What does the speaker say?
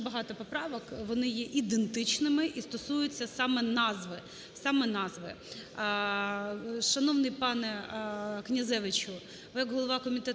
багато поправок, вони є ідентичними і стосуються саме назви, саме назви. Шановний пане Князевичу, ви як голова комітету